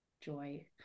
joy